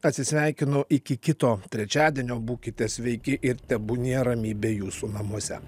atsisveikinu iki kito trečiadienio būkite sveiki ir tebūnie ramybė jūsų namuose